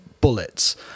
bullets